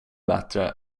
bättre